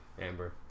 Amber